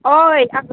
अय